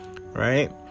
Right